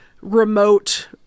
remote